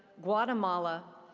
guatemala,